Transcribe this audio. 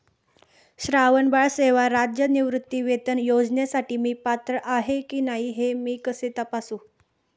श्रावणबाळ सेवा राज्य निवृत्तीवेतन योजनेसाठी मी पात्र आहे की नाही हे मी कसे तपासू?